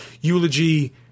Eulogy